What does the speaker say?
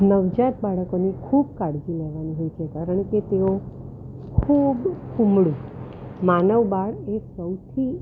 નવજાત બાળકોની ખૂબ કાળજી લેવાની હોય છે કારણ કે તેઓ ખૂબ કુમળું માનવ બાળ એ સૌથી